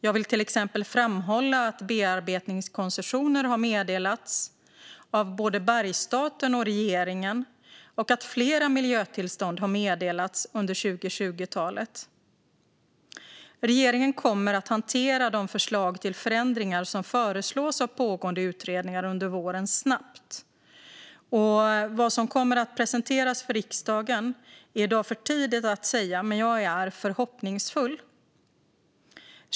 Jag vill till exempel framhålla att bearbetningskoncessioner har meddelats av både Bergsstaten och regeringen och att flera miljötillstånd har meddelats under 2020-talet. Regeringen kommer att hantera de förslag till ändringar som föreslås av pågående utredningar under våren snabbt. Vad som kommer att presenteras för riksdagen är i dag för tidigt att säga, men jag är förhoppningsfull.